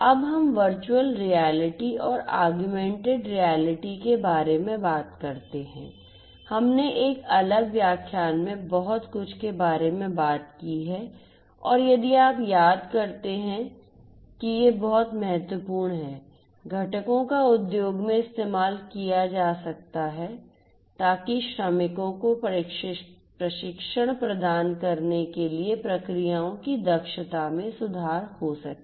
अब हम virtual reality और ऑगमेंटेड रियलिटी के बारे में बात करते हैं हमने एक अलग व्याख्यान में बहुत कुछ के बारे में बात की है और यदि आप याद करते हैं कि ये बहुत महत्वपूर्ण हैं घटकों को उद्योग में इस्तेमाल किया जा सकता है ताकि श्रमिकों को प्रशिक्षण प्रदान करने के लिए प्रक्रियाओं की दक्षता में सुधार हो सके